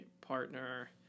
partner